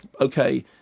okay